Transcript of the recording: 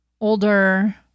older